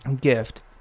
gift